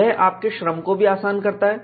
यह आपके श्रम को भी आसान करता है